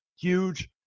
huge